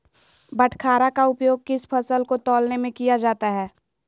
बाटखरा का उपयोग किस फसल को तौलने में किया जाता है?